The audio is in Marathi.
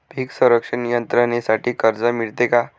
पीक संरक्षण यंत्रणेसाठी कर्ज मिळते का?